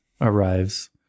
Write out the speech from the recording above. arrives